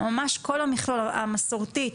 ממש כל המכלול המסורתי.